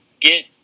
get